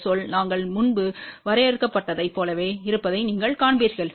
இந்த சொல் நாங்கள் முன்பு வரையறுக்கப்பட்டதைப் போலவே இருப்பதை நீங்கள் காண்பீர்கள்